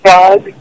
God